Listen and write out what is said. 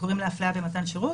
שקוראים להפליה במתן שירות.